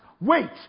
Wait